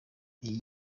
ibi